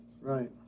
Right